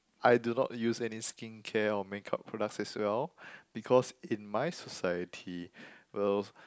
I do not use any skincare or make up products as well because in my society well